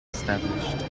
established